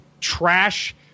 trash